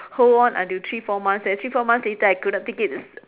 hold on until three four months then three four months later I could not take it